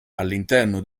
all’interno